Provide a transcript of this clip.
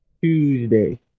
Tuesday